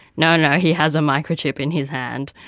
no, no, he has a microchip in his hand.